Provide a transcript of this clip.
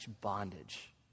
bondage